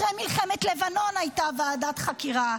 אחרי מלחמת לבנון הייתה ועדת חקירה.